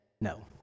no